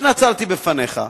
התנצלתי בפניך,